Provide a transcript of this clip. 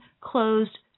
closed